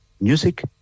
music